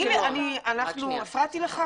גיורא, אני הפרעתי לך?